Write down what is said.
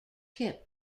tip